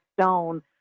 Stone